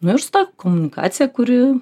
virsta komunikacija kuri